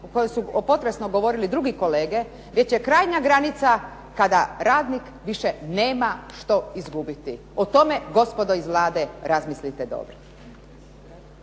o kojoj su potresno govorili drugi kolege, već je krajnja granica kada radnik više nema što izgubiti. O tome gospodo iz Vlade razmislite dobro.